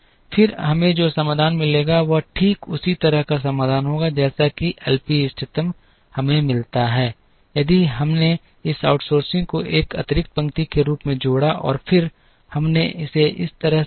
फिर हमें जो समाधान मिलेगा वह ठीक उसी तरह का समाधान होगा जैसा कि एलपी इष्टतम हमें मिलता है यदि हमने इस आउटसोर्सिंग को एक अतिरिक्त पंक्ति के रूप में जोड़ा और फिर हमने इसे इस तरह से हल किया